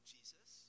Jesus